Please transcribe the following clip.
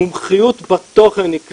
המומחיות בתוכן היא קריטית,